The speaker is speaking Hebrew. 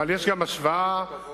אבל יש גם השוואה פר-חודש.